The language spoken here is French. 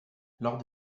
lors